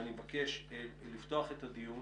ואני מבקש לפתוח את הדיון